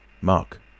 Mark